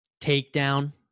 Takedown